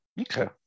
Okay